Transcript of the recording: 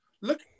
look